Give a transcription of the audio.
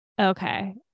Okay